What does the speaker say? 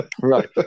Right